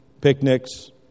picnics